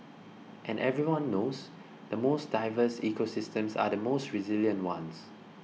and everyone knows the most diverse ecosystems are the most resilient ones